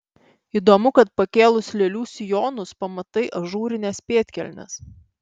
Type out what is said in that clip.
įdomu kad pakėlus lėlių sijonus pamatai ažūrines pėdkelnes